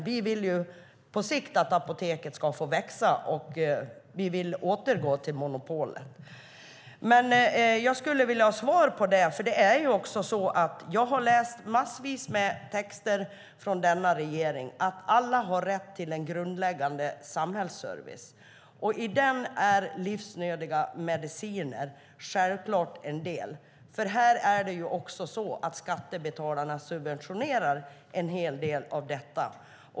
Vi vill på sikt att Apoteket ska få växa, och vi vill återgå till monopolet. Jag skulle vilja ha svar på det. Jag har läst massvis med texter från denna regering. Alla har rätt till en grundläggande samhällsservice. I den är livsnödiga mediciner självklart en del. Här är det också så att skattebetalarna subventionerar en hel del av detta.